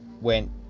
went